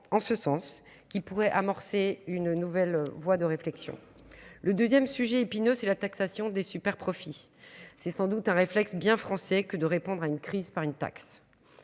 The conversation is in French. en ce sens qui pourrait amorcer une nouvelle voie de réflexion, le 2ème sujet épineux, c'est la taxation des superprofits, c'est sans doute un réflexe bien français que de répondre à une crise, par une taxe